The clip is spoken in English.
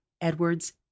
Edwards